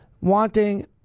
wanting